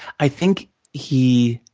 i think he,